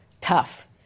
tough